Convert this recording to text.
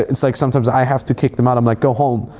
it's like, sometimes i have to kick them out. i'm like, go home,